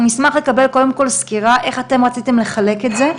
אנחנו נשמח לקבל קודם כל סקירה איך אתם רציתם לחלק את זה.